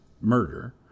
murder